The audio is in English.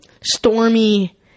Stormy